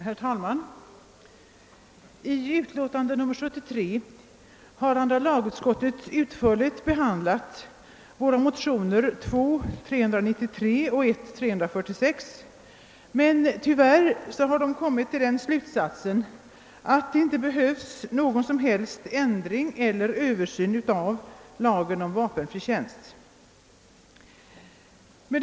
Herr talman! I sitt utlåtande nr 73 har andra lagutskottet utförligt behandlat våra motioner I:346 och II:393, men tyvärr har det dragit den slutsatsen att det inte behövs någon som helst ändring eller översyn av lagen om vapenfri tjänst.